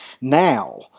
now